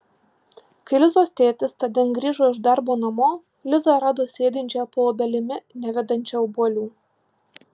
kai lizos tėtis tądien grįžo iš darbo namo lizą rado sėdinčią po obelimi nevedančia obuolių